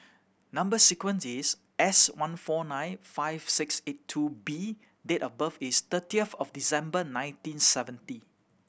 number sequence is S one four nine five six eight two B date of birth is thirtieth of December nineteen seventy